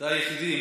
אתה היחידי.